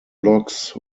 blocks